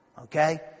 okay